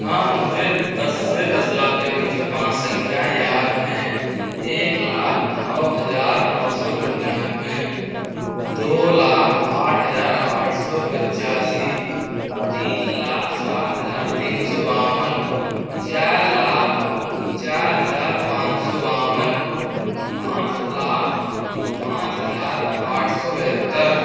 हाँ मुझे दस से दस लाख के बीच में पाँच संख्या याद हैं एक लाख नौ हज़ार नौ सौ निन्यानवे दो लाख आठ हज़ार आठ सौ पचासी तीन लाख सात हज़ार तीन सौ बावन चार लाख चार हज़ार पाँच सौ बावन पाँच लाख पाँच हज़ार आठ सौ बहत्तर